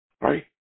right